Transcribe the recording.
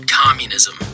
communism